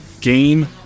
Game